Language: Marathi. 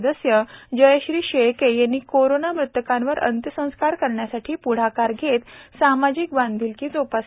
सदस्य जयश्री शेळके यांनी कोरोना मृतकावर अंत्यसंस्कार करण्यासाठी प्ढाकार घेत सामाजिक बांधिलकी जोपासली आहे